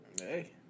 Hey